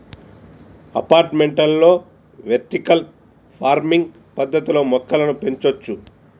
అపార్టుమెంట్లలో vertical farming పద్దతిలో మొక్కలను పెంచొచ్చు